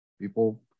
people